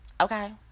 Okay